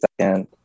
second